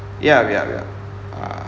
ya ya ya uh